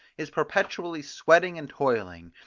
is perpetually sweating and toiling,